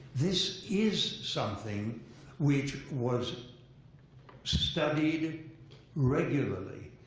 this is something which was studied regularly.